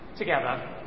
Together